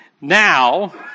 now